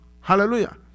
Hallelujah